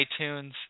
iTunes